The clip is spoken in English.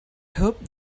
hoped